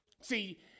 See